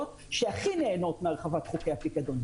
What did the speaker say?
שהכי נהנות מהרחבת חוקי הפיקדון,